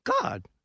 God